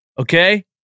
Okay